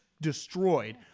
destroyed